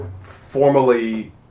formally